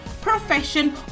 profession